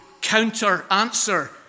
counter-answer